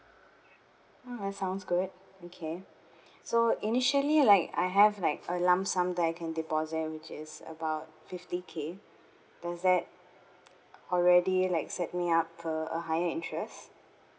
mm that sounds good okay so initially like I have like a lump sum that I can deposit which is about fifty K does that already like set me up to a higher interest